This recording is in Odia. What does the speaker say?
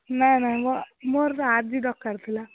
ନା ନା ମୋର ମୋର ଆଜି ଦରକାର ଥିଲା